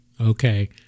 Okay